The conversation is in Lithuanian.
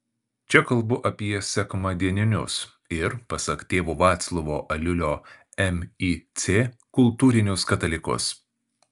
čia kalbu apie sekmadieninius ir pasak tėvo vaclovo aliulio mic kultūrinius katalikus